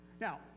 now